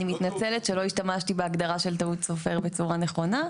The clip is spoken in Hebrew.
אני מתנצלת שלא השתמשתי בהגדרה של טעות סופר בצורה נכונה.